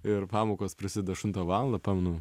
ir pamokos prasideda aštuntą valandą pamenu